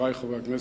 חברי חברי הכנסת,